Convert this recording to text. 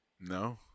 No